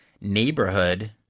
neighborhood